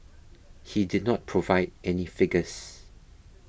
he did not provide any figures